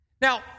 Now